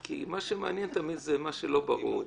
כי מה שמעניין תמיד זה מה שלא ברור.